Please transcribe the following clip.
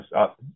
up